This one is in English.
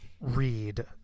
read